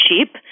cheap